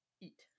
Eat